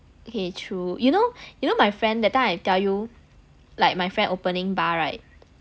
okay true you know you know my friend that I tell you like my friend opening bar right